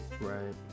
Right